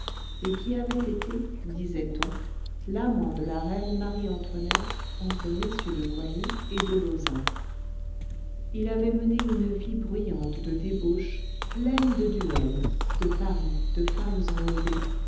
et qui avait été disait-on l'amant de la reine marie-antoinette entre mm de coigny et de lauzun il avait mené une vie bruyante de débauches pleine de duels de paris de femmes enlevées